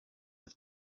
with